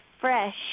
fresh